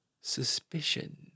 suspicion